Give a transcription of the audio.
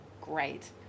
great